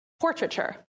portraiture